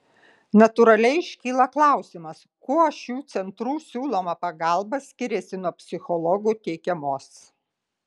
natūraliai iškyla klausimas kuo šių centrų siūloma pagalba skiriasi nuo psichologų teikiamos